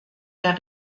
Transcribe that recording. der